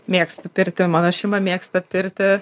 mėgstu pirtį mano šeima mėgsta pirtį